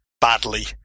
badly